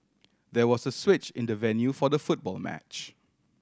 there was a switch in the venue for the football match